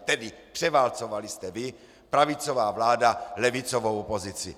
Tedy převálcovali jste vy, pravicová vláda, levicovou opozici.